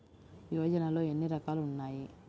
యోజనలో ఏన్ని రకాలు ఉన్నాయి?